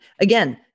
again